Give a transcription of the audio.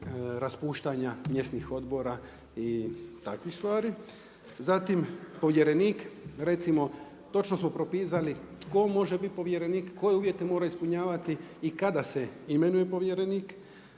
raspuštanja mjesnih odbora i takvih stvari. Zatim povjerenik recimo, točno smo propisali tko može biti povjerenik, koje uvjete mora ispunjavati i kada se imenuje povjerenik.